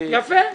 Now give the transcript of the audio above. יפה.